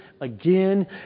again